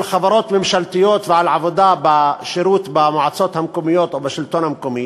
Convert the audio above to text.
על חברות ממשלתיות ועל עבודה בשירות במועצות המקומיות או בשלטון המקומי,